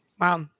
Wow